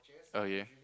oh yea